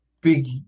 big